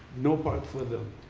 no parts for them.